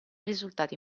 risultati